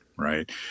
right